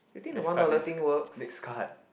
next card next next card